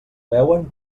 veuen